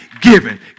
given